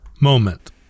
moment